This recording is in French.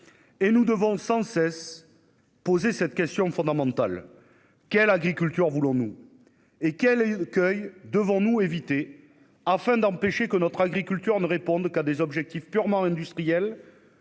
et nous devons sans cesse poser ces questions fondamentales : quelle agriculture voulons-nous ? Quels écueils devons-nous éviter afin d'empêcher que notre agriculture ne vise que des objectifs purement industriels,